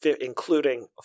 including